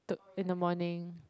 t~ in the morning